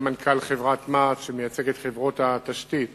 היה מנכ"ל חברת מע"צ, שמייצג את חברות התשתית